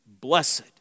Blessed